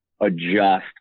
adjust